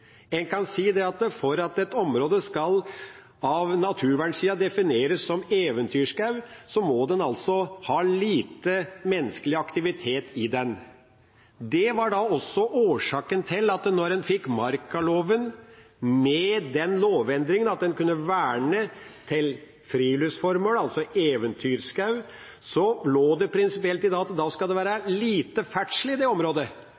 En kan si at for at et område av naturvernsida skal defineres som eventyrskog, må den ha lite menneskelig aktivitet i seg. Det var da også årsaken til at da en fikk markaloven med den lovendringen at en kunne verne eventyrskog til friluftsformål, lå det prinsipielt i det at det skulle være lite ferdsel i området.